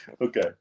Okay